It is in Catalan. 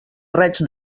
raig